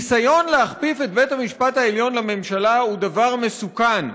ניסיון להכפיף את בית-המשפט העליון לממשלה הוא דבר מסוכן.